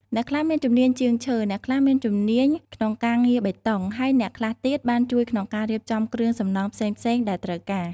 អ្នកខ្លះមានជំនាញជាងឈើ អ្នកខ្លះមានជំនាញក្នុងការងារបេតុង ហើយអ្នកខ្លះទៀតបានជួយក្នុងការរៀបចំគ្រឿងសំណង់ផ្សេងៗដែលត្រូវការ។